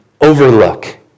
overlook